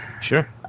Sure